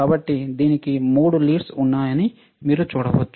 కాబట్టి దీనికి మూడు లీడ్స్ఉన్నాయని మీరు చూడవచ్చు